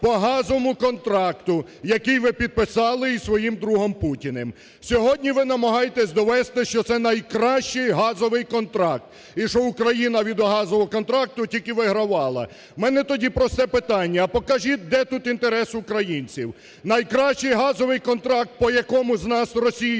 по газовому контракту, який ви підписали із своїм другом Путіним! Сьогодні ви намагаєтесь довести, що це найкращий газовий контракт і що Україна від газового контракту тільки вигравала. У мене тоді просте питання, а покажіть, де тут інтерес українців? Найкращий газовий контракт, по якому з нас Росія